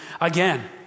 again